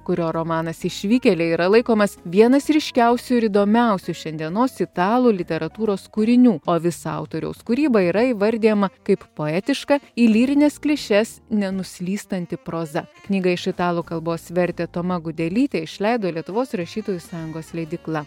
kurio romanas išvykėliai yra laikomas vienas ryškiausių ir įdomiausių šiandienos italų literatūros kūrinių o visa autoriaus kūryba yra įvardijama kaip poetiška į lyrines klišes nenuslystanti proza knygą iš italų kalbos vertė toma gudelytė išleido lietuvos rašytojų sąjungos leidykla